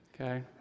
Okay